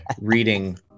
reading